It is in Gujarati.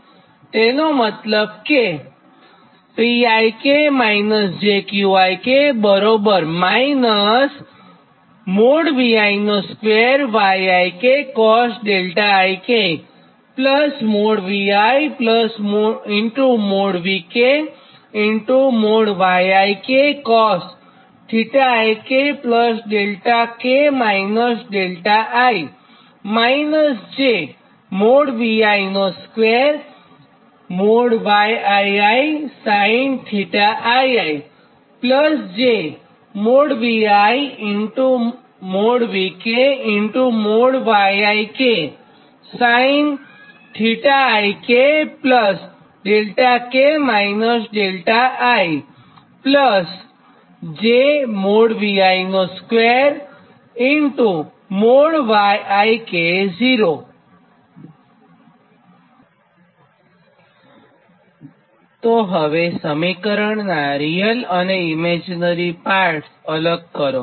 તોએનો મતલબ કે તો હવે સમીકરણનાં રીયલ અને ઇમેજીનરી પાર્ટ્સ અલગ કરો